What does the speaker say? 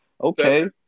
okay